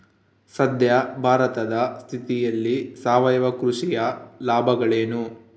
ಸದ್ಯ ಭಾರತದ ಸ್ಥಿತಿಯಲ್ಲಿ ಸಾವಯವ ಕೃಷಿಯ ಲಾಭಗಳೇನು?